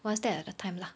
one step at a time lah